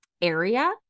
area